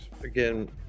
again